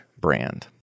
brand